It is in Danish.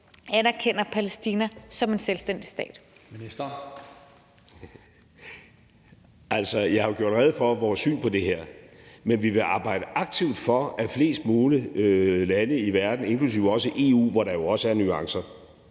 Udenrigsministeren (Lars Løkke Rasmussen): Jeg har jo gjort rede for vores syn på det her, men vi vil arbejde aktivt for, at flest mulige lande i verden, inklusive også EU, hvor der også er nuancer,